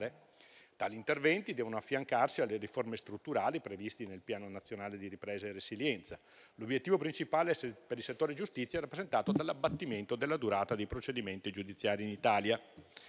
Tali interventi devono affiancarsi alle riforme strutturali previste nel Piano nazionale di ripresa e resilienza. L'obiettivo principale per il settore giustizia è rappresentato dall'abbattimento della durata dei procedimenti giudiziari in Italia.